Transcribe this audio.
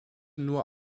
nur